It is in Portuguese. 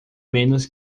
menos